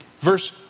Verse